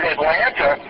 Atlanta